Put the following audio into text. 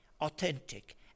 authentic